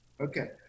okay